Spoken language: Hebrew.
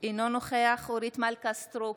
אינו נוכח אורית מלכה סטרוק,